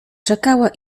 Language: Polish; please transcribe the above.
czekała